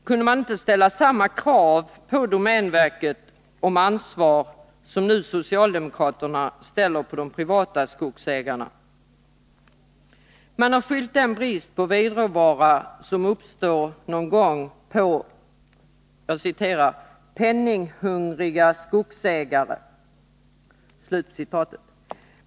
Kunde man inte ställa samma krav på domänverket vad gäller ansvar som socialdemokraterna nu ställer på de privata skogsägarna? Man har någon gång skyllt den brist på vedråvara som uppstått på ”penninghungriga skogsägare”.